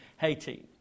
Haiti